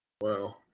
Wow